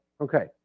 Okay